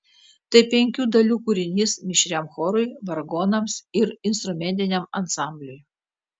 tai penkių dalių kūrinys mišriam chorui vargonams ir instrumentiniam ansambliui